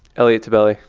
elliot tebele